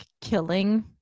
killing